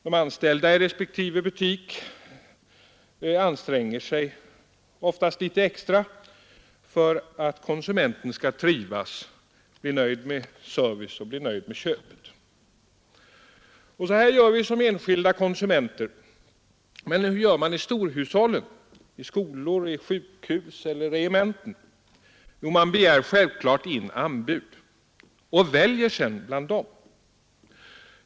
De anställda i respektive butik anstränger sig ofta litet extra för att konsumenten skall trivas och bli nöjd med servicen och köpet. Detta gör vi som enskilda konsumenter. Men hur gör man i storhushållen, i skolor eller vid sjukhus och regementen? Ja, självklart begär man in anbud och väljer sedan bland dem.